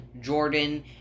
Jordan